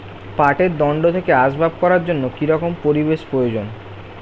পাটের দণ্ড থেকে আসবাব করার জন্য কি রকম পরিবেশ এর প্রয়োজন?